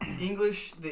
english